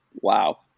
wow